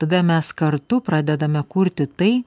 tada mes kartu pradedame kurti tai